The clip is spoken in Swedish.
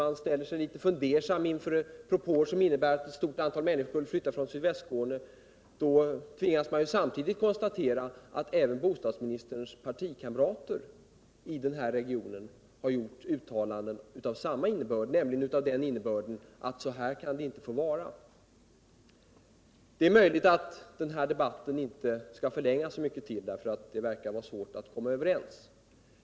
man ställer sig litet fundersam inför propåer som innebär att ett stort antal människor måste flytta från sydvästra Skåne, då tvingas man samtidigt konstatera att även bostadsministerns partikamrater i regionen har gjor uttalanden av den innebörden att så kan det inte få gå till. Det är möjligt att den här debatten inte bör förlängas så mycket till, för det verkar vara svårt att komma överens.